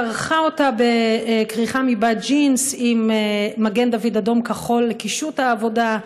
כרכה אותה בכריכה מבד ג'ינס עם מגן דוד אדום-כחול לקישוט העבודה,